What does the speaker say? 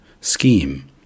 scheme